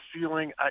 ceiling